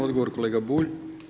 Odgovor, kolega Bulj.